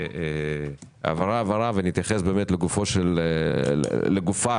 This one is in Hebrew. העברה-העברה, נתייחס לגופה